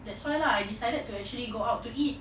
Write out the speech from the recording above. that's why lah I decided to actually go out to eat